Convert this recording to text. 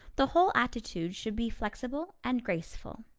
the whole attitude should be flexible and graceful.